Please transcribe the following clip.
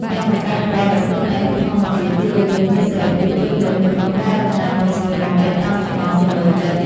ការបង្កើតពណ៌ដោយខ្លួនឯងពីធម្មជាតិ ជួយឱ្យយើងមានសេរីភាពពេញលេញនៅក្នុងការរចនាម៉ូដសម្លៀកបំពាក់តាមចំណង់ចំណូលចិត្ត។